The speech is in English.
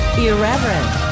irreverent